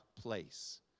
place